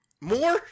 More